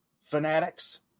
fanatics